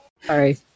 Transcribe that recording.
Sorry